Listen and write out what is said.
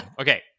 Okay